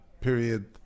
period